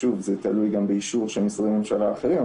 שוב, זה תלוי גם באישור של משרדי ממשלה אחרים.